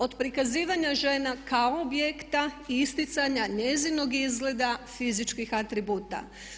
Od prikazivanja žena kao objekta i isticanja njezinog izgleda fizičkih atributa.